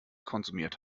konsumiert